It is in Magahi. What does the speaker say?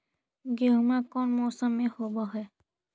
गेहूमा कौन मौसम में होब है?